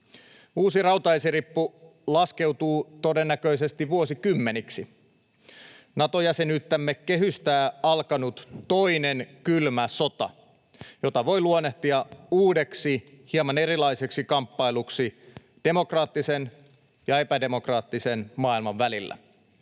Uusi rautaesirippu laskeutuu todennäköisesti vuosikymmeniksi. Nato-jäsenyyttämme kehystää alkanut toinen kylmä sota, jota voi luonnehtia uudeksi, hieman erilaiseksi kamppailuksi demokraattisen ja epädemokraattisen maailman välillä.